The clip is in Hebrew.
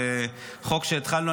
וחוק שהתחלנו,